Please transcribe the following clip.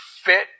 fit